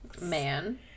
Man